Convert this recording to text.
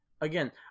again